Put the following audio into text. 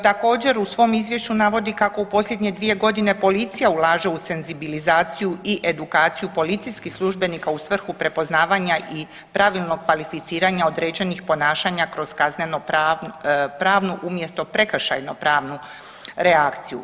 Također u svom izvješću navodi kako u posljednje 2.g. policija ulaže u senzibilizaciju i edukaciju policijskih službenika u svrhu prepoznavanja i pravilnog kvalificiranja određenih ponašanja kroz kazneno pravnu umjesto prekršajno pravnu reakciju.